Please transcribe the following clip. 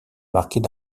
marquées